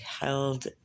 held